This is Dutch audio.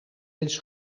eens